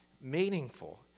meaningful